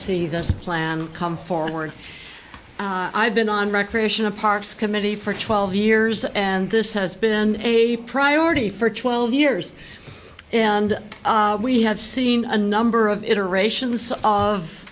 see this plan come forward i've been on recreation of parks committee for twelve years and this has been a priority for twelve years and we have seen a number of